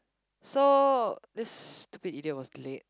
so this stupid idiot was late